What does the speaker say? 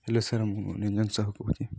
hello sir ମୁଁ ନିରଞ୍ଜନ ସାହୁ କହୁଛି